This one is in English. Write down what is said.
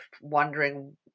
wondering